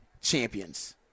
champions